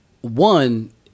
One